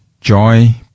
joy